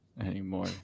anymore